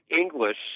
English